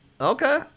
Okay